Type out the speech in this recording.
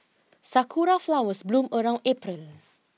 sakura flowers bloom around April